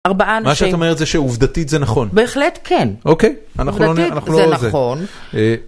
מה שאת אומרת זה שעובדתית זה נכון. בהחלט כן. אוקיי. עובדתית זה נכון.